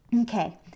Okay